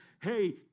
hey